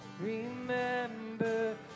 remember